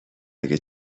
اگه